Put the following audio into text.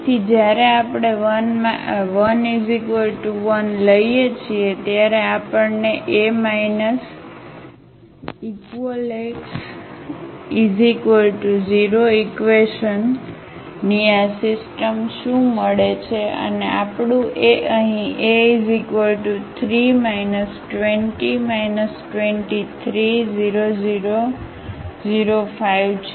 તેથી જ્યારે આપણે આ 1 1 લઈએ છીએ ત્યારે આપણને A equIx 0 ઈક્વેશનની આ સિસ્ટમ શું મળે છે અને આપણું એ અહીં A 3 2 0 2 3 0 0 0 5 છે